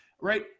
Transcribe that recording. right